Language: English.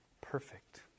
perfect